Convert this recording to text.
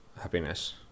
happiness